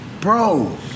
Bro